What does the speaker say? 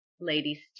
ladies